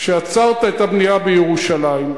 עצרת את הבנייה בירושלים,